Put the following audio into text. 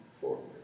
forward